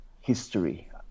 history